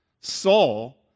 Saul